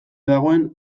dagoen